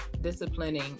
disciplining